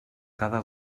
cada